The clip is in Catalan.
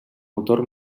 autor